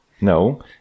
No